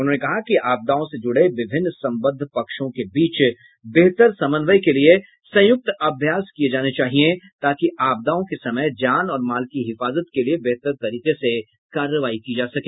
उन्होंने कहा कि आपदाओं से जुड़े विभिन्न संबद्ध पक्षों के बीच बेहतर समन्वय के लिए संयुक्त अभ्यास किये जाने चाहिए ताकि आपदाओं के समय जान और माल की हिफाजत के लिए बेहतर तरीके से कार्रवाई की जा सके